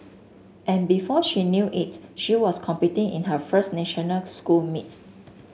and before she knew it she was competing in her first national school meets